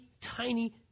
tiny